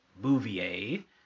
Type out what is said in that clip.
Bouvier